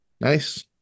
Nice